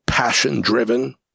passion-driven